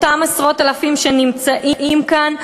אותם עשרות אלפים שנמצאים כאן,